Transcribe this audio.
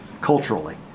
culturally